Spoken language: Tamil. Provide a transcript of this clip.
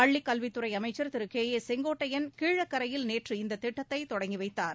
பள்ளிக்கல்வித்துறை அமைச்சர் திரு கே ஏ செங்கோட்டையள் கீழக்கரையில் நேற்று இத்திட்டத்தை தொடங்கி வைத்தார்